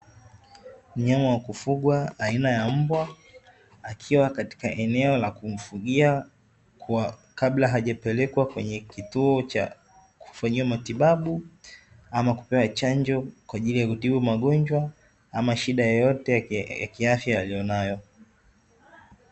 Mnyama wa kufugwa aina ya mbwa akiwa katika eneo la kufugwa kwa kabla hajapelekwa kwenye kituo cha kufanyiwa matibabu, au kupewa chanjo kwa ajili ya kutibu magonjwa ama shida yoyote ya kiafya aliyonayo.